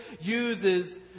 uses